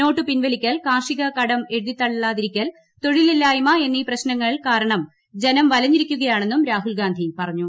not പിൻവലിക്കൽ കാർഷിക കടം എഴുതിത്തള്ളാതിരിക്കൽ തൊഴിലില്ലായ്മ എന്നീ പ്രശ്നങ്ങൾ കാരണം ജനം വലഞ്ഞിരിക്കുകയാണെന്നും രാഹുൽഗാന്ധി പറഞ്ഞു